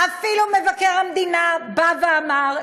אפילו מבקר המדינה בא ואמר,